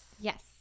yes